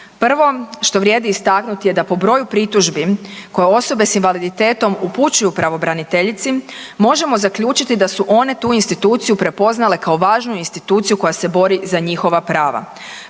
Prvo što vrijedi istaknuti je da po broju pritužbi koje osobe s invaliditetom upućuju pravobraniteljici možemo zaključiti da su one tu instituciju prepoznale kao važnu instituciju koja se bori za njihova prava.